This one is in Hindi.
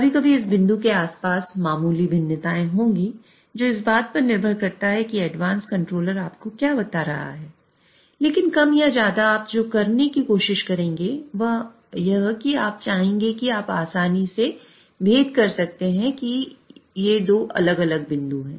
कभी कभी इस बिंदु के आस पास मामूली भिन्नताएं होंगी जो इस बात पर निर्भर करता है कि एडवांस कंट्रोलर आपको क्या बता रहा है लेकिन कम या ज्यादा आप जो करने की कोशिश करेंगे वह आप चाहेंगे कि आप आसानी से भेद कर सकते हैं कि 2 अलग अलग बिंदु हैं